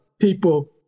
people